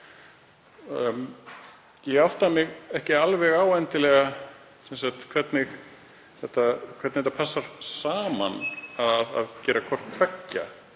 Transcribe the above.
Ég átta mig ekki alveg á hvernig það passar saman að gera hvort tveggja,